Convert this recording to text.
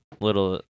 little